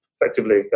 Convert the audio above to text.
effectively